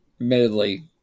Admittedly